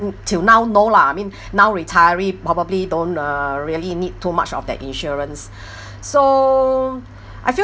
mm till now no lah I mean now retiree probably don't uh really need too much of that insurance so I feel